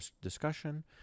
discussion